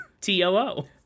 T-O-O